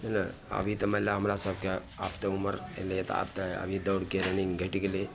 छै नहि अभी तऽ मानि ले हमरा सभके आब तऽ उमरि भेल जाइ यऽ तऽ आब तऽ ई दौड़के रनिन्ग घटि गेलै